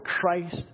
Christ